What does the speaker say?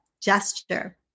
gesture